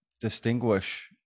distinguish